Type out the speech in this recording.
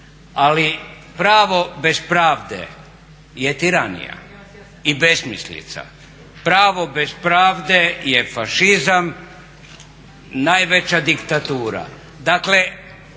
Ali pravo bez pravde je tiranija i besmislica. Pravo bez pravde je fašizam, najveća diktatura.